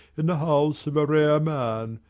in the house of a rare man,